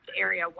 area